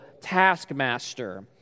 taskmaster